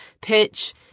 pitch